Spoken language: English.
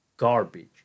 garbage